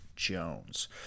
jones